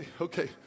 okay